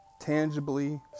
Tangibly